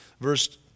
Verse